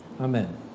Amen